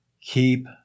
keep